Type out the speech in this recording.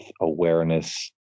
awareness